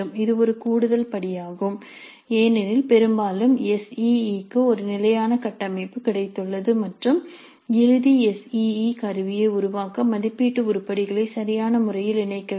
இது ஒரு கூடுதல் படியாகும் ஏனெனில் பெரும்பாலும் எஸ் இஇ க்கு ஒரு நிலையான கட்டமைப்பு கிடைத்துள்ளது மற்றும் இறுதி எஸ் இஇ கருவியை உருவாக்க மதிப்பீட்டு உருப்படிகளை சரியான முறையில் இணைக்க வேண்டும்